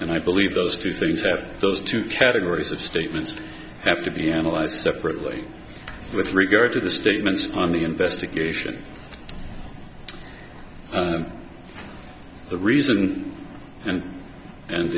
and i believe those two things have those two categories of statements have to be analyzed separately with regard to the statements on the investigation the reason and and